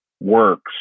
works